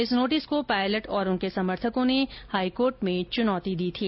इस नोटिस को पायलट और उनके समर्थकों ने हाईकोर्ट में चुनौती दी थी